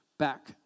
Back